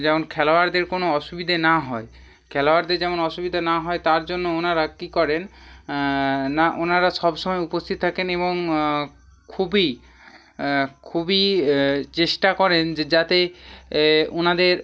যেমন খেলোয়াড়দের কোনো অসুবিধে না হয় খেলোয়াড়দের যেমন অসুবিধা না হয় তার জন্য ওনারা কী করেন না ওনারা সবসময় উপস্থিত থাকেন এবং খুবই খুবই চেষ্টা করেন যে যাতে ওনাদের